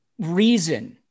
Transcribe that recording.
Reason